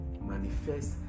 manifest